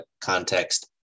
context